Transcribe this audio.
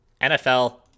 NFL